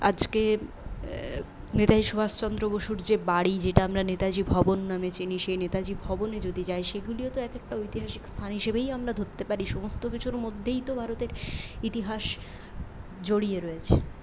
আজকে নেতাজী সুভাষচন্দ্র বসুর যে বাড়ি যেটা আমরা নেতাজী ভবন নামে চিনি সেই নেতাজী ভবনে যদি যাই সেগুলিও তো এক একটা ঐতিহাসিক স্থান হিসেবেই আমরা ধরতে পারি সমস্তকিছুর মধ্যেই তো ভারতের ইতিহাস জড়িয়ে রয়েছে